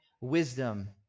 wisdom